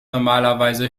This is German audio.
normalerweise